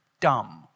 dumb